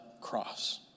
cross